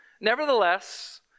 Nevertheless